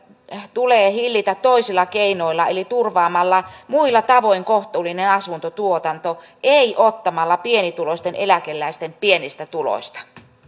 tulee hillitä toisilla keinoilla eli turvaamalla muilla tavoin kohtuullinen asuntotuotanto ei ottamalla pienituloisten eläkeläisten pienistä tuloista